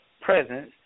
presence